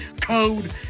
code